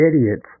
idiots